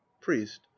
priest